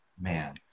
man